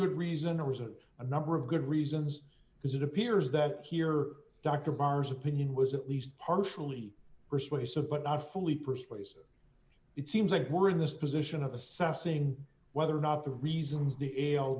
good reason or is it a number of good reasons because it appears that here dr bars opinion was at least partially persuasive but not fully persuasive it seems like we're in this position of assessing whether or not the reasons the a o